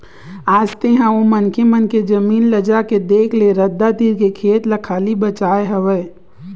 आज तेंहा ओ मनखे मन के जमीन ल जाके देख ले रद्दा तीर के खेत ल खाली बचाय हवय